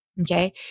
okay